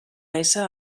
ésser